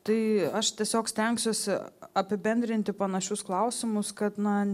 tai aš tiesiog stengsiuosi apibendrinti panašius klausimus kad na